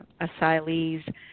asylees